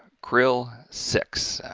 krill, six.